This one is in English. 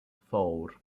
four